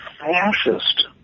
fascist